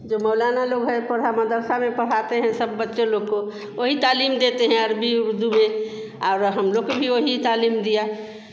जो मौलाना लोग है पढ़ा मदरसे में पढ़ाते हैं सब बच्चे लोग को वही तालीम देते हैं अरबी उर्दू में और हमलोग को भी वही तालीम दिए